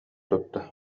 тутта